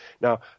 Now